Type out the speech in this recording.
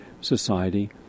society